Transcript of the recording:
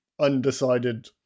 undecided